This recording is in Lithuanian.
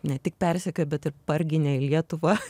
ne tik persekiojo bet ir parginė į lietuvą